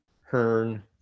Hearn